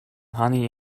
honey